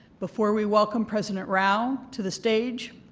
before we welcome president rao to the stage,